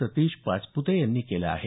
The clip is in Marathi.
सतीश पाचप्ते यांनी केलं आहे